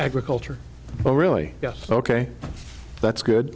agriculture oh really yes ok that's good